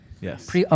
Yes